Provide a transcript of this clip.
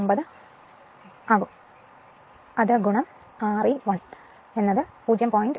9 ആകും R e 1 0